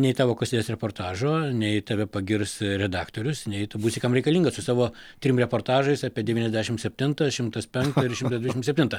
nei tavo kas įdės reportažo nei tave pagirs redaktorius nei tu būsi kam reikalingas su savo trim reportažais apie devyniasdešim septintą šimtas penktą ir šimtas dvidešim septintą